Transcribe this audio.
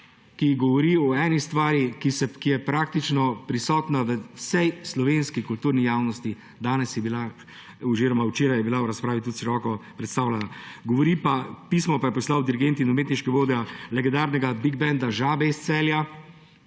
ki govori o eni stvari, ki je praktično prisotna v vsej slovenski kulturni javnosti, včeraj je bila v razpravi tudi široko predstavljena. Pismo je poslal dirigent in umetniški vodja legendarnega Big banda Žabe iz Celja.